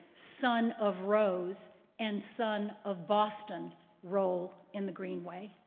son of rose and son of boston role in the greenway.